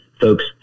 folks